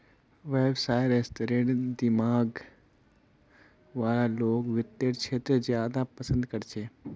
व्यवसायेर स्तरेर दिमाग वाला लोग वित्तेर क्षेत्रत ज्यादा पसन्द कर छेक